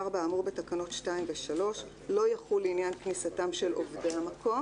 4. האמור בתקנות 2 ו-3 לא יחול לעניין כניסתם של עובדי המקום,